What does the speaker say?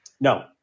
No